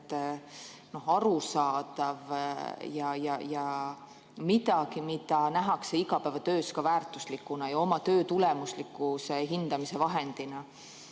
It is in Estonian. arusaadav ja miski, mida nähakse ka igapäevatöös väärtuslikuna ja oma töö tulemuslikkuse hindamise vahendina.